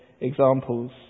examples